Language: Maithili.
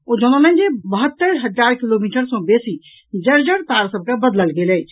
ओ जनौलनि जे बहत्तरि हजार किलोमीटर सॅ बेसी जर्जर तार सभ के बदलल गेल अछि